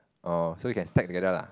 oh so you can stack together lah